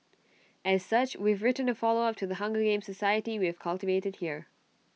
as such we've written A follow up to the hunger games society we have cultivated here